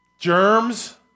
Germs